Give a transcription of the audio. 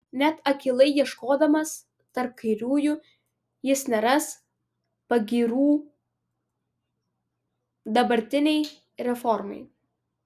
net akylai ieškodamas tarp kairiųjų jis neras pagyrų dabartinei reformai